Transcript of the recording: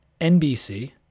NBC